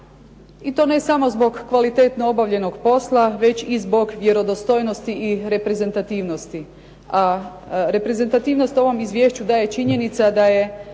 I to ne samo zbog kvalitetno obavljenog posla, već i zbog vjerodostojnosti i reprezentativnosti. A reprezentativnost ovom izvješću daje činjenica da je